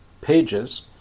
pages